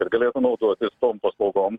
ir galėtų naudotis tom paslaugom